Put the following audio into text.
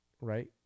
right